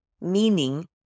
meaning